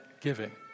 giving